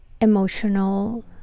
emotional